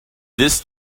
this